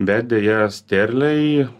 bet deja sterlei